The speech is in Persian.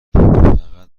فقط